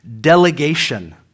delegation